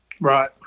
right